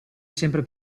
sempre